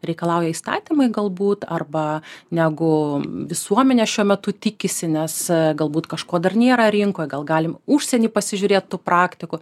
reikalauja įstatymai galbūt arba negu visuomenė šiuo metu tikisi nes galbūt kažko dar nėra rinkoj gal galim užsieny pasižiūrėt tų praktikų